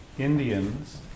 Indians